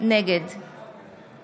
נגד